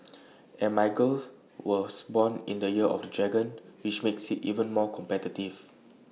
and my girls was born in the year of the dragon which makes IT even more competitive